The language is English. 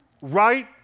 right